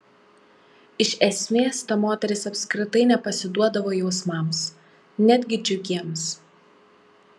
iš esmės ta moteris apskritai nepasiduodavo jausmams netgi džiugiems